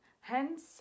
hence